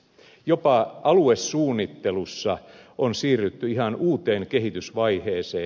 jopa aluesuunnittelussa on siirrytty ihan uuteen kehitysvaiheeseen